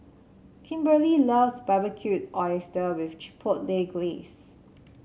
Kimberly loves Barbecued Oyster with Chipotle Glaze